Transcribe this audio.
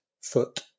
foot